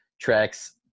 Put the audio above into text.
tracks